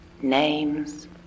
Names